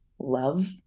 love